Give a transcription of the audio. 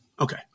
Okay